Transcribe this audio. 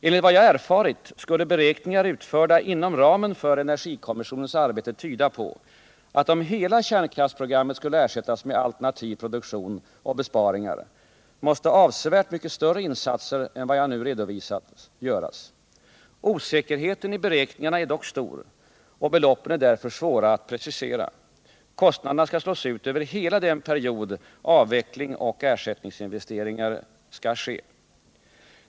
Enligt vad jag erfarit skulle beräkningar utförda inom ramen för energikommissionens arbete tyda på att om hela kärnkraftsprogrammet skulle ersättas med alternativ produktion och besparingar måste avsevärt mycket större insatser än vad jag nu redovisat göras. Osäkerheten i beräkningarna är dock stor och beloppen är därför svåra att precisera. Kostnaderna skall slås ut över hela den period avveckling och ersättningsinvesteringar skall ske.